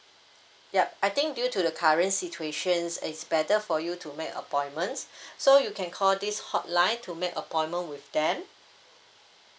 yup I think due to the current situation is better for you to make appointments so you can call this hotline to make appointment with them